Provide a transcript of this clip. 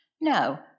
No